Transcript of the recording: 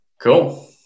Cool